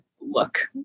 look